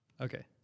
Okay